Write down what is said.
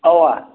اَوا